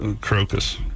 Crocus